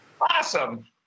Awesome